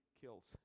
kills